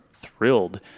thrilled